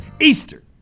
Easter